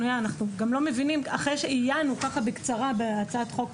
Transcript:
אחרי שעיינו בקצרה בהצעת החוק,